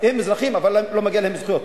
הם אזרחים, אבל לא מגיעות להם זכויות.